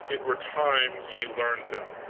it were time ye learned them.